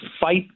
fight